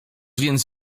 więc